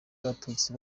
abatutsi